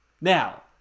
Now